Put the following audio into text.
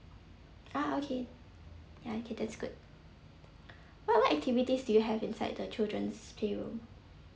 ah okay ya okay that's good what what activities do you have inside the children's playroom